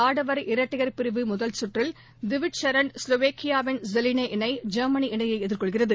ஆடவர் இரட்டையர் பிரிவு முதல் கற்றில் திவிச் சரண் ஸ்லோவேக்கியாவின் ஜெவாளி இணை ஜெர்மனி இணையைஎதிர்கொள்கிறது